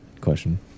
question